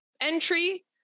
entry